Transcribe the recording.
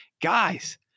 guys